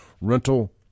rental